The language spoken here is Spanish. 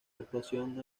actuación